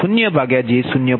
12 j8